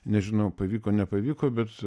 nežinau pavyko nepavyko bet